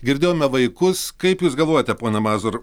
girdėjome vaikus kaip jūs galvojate pone mazur